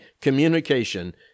communication